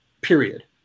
period